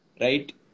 right